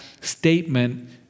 statement